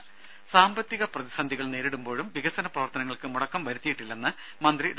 രെ സാമ്പത്തിക നേരിടുമ്പോഴും വികസനപ്രവർത്തനങ്ങൾക്ക് മുടക്കം വരുത്തിയിട്ടില്ലെന്ന് മന്ത്രി ഡോ